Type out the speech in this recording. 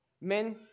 Men